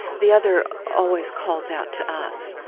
the other always calls out to us.